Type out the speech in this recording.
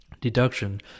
Deduction